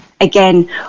Again